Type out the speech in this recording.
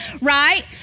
right